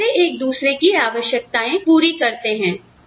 और कैसे एक दूसरों की आवश्यकताएं पूरी करते हैं